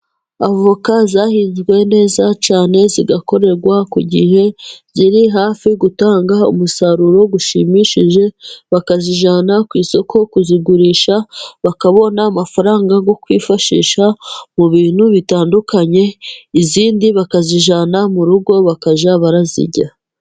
Avoka zahinzwe neza cyane, zigakorerwa ku gihe, ziri hafi gutanga umusaruro ushimishije, bakazijyana ku isoko kuzigurisha, barabona amafaranga yo kwifashisha mu bintu bitandukanye, izindi bakazijyana mu rugo bakajya barazirya.